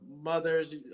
mothers